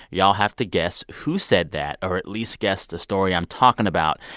y'all have to guess who said that or at least guess the story i'm talking about.